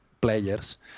players